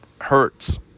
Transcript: hurts